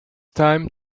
time